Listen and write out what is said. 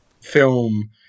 film